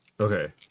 Okay